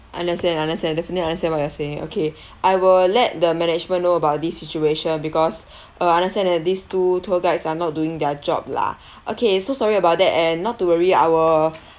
understand understand definitely understand what you're saying okay I will let the management know about this situation because uh understand that these two tour guides are not doing their job lah okay so sorry about that and not to worry our our